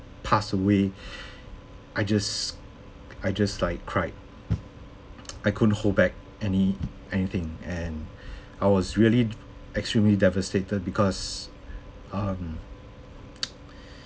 passed away I just I just like cried I couldn't hold back any anything and I was really extremely devastated because um